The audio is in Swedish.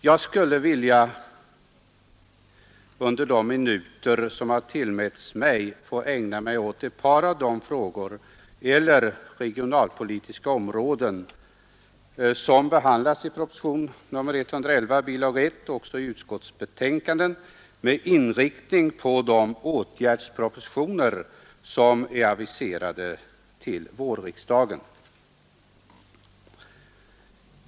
Jag skulle under de minuter som tillmätts mig vilja ägna mig åt ett par av de regionalpolitiska områden som behandlas i propositionen 111, bilaga 1, och även i inrikesutskottets betänkande med inriktning på de åtgärdspropositioner som är aviserade till vårriksdagen.